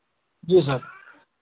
जी sir